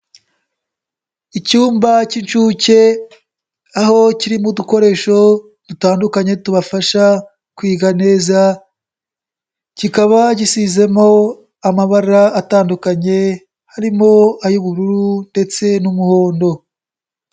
Icyumba cy'inshuke, aho kirimo udukoresho dutandukanye tubafasha kwiga neza, kikaba gisizemo amabara atandukanye, harimo ay'ubururu ndetse n'umuhondo.